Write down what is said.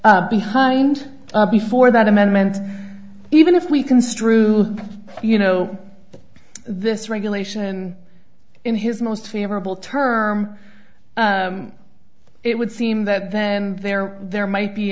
fall behind before that amendment even if we construe you know this regulation in his most favorable term it would seem that there there there might be